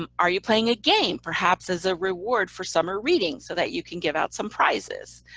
um are you playing a game perhaps as a reward for summer readings so that you can give out some prizes?